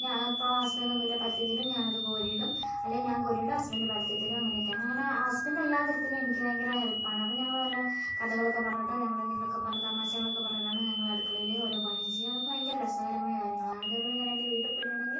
ഞാൻ അപ്പോൾ ഹസ്ബൻഡ് ഒന്നുല്ലേ പരത്തി തരും ഞാൻ അത് കോരി ഇടും അല്ലെങ്കിൽ ഞാൻ കോരി ഇടും ഹസ്ബൻഡ് പരത്തി തരും അങ്ങനെ ഒക്കെയാണ് അങ്ങനെ ഹസ്ബൻഡ് എല്ലാത്തരത്തിലും എനിക്ക് ഭയങ്കര ഹെല്പ് ആണ് അപ്പോൾ ഞങ്ങൾ നല്ല കഥകൾ ഒക്കെ പറഞ്ഞിട്ട് നമ്മൾ എന്തെങ്കിലും ഒക്കെ പറഞ്ഞു തമാശകൾ ഒക്കെ പറഞ്ഞിട്ടാണ് ഞങ്ങൾ അടുക്കളയിൽ ഓരോ പണിയും ചെയ്യുക അതൊക്കെ ഭയങ്കര രസകരമായ കാര്യങ്ങളാണ് അതേപോലെ ഞാൻ എൻ്റെ വീട്ടിൽ പോയിട്ടുണ്ടെങ്കിൽ